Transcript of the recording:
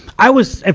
i was,